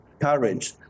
courage